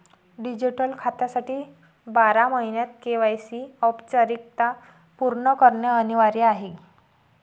digital खात्यासाठी बारा महिन्यांत के.वाय.सी औपचारिकता पूर्ण करणे अनिवार्य आहे